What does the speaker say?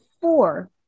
four